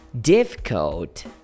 Difficult